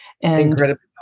Incredible